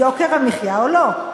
יוקר המחיה או לא?